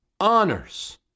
honors